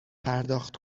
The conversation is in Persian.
پرداخت